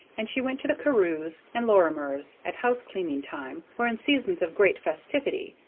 and she went to the carews' and lorimers' at house-cleaning time or in seasons of great festivity.